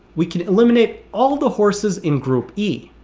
we can eliminate all the horses in group e